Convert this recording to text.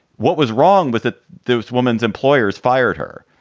what was wrong with this woman's employers fired her.